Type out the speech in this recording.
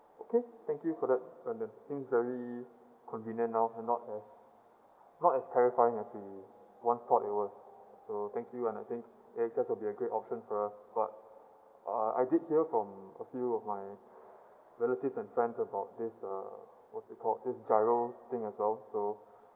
okay thank you for that and uh seems very convenient now and not as not as terrifying as we once thought it was so thank you and I think A_X_S will be a great option for us but uh I did hear from a few of my relatives and friends about this uh what's it called this GIRO thing as well